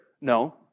No